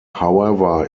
however